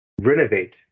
renovate